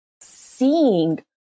seeing